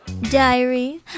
Diary